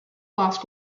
lost